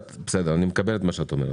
אני מקבל את מה שאת אומרת.